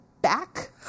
back